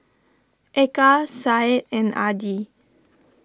Eka Said and Adi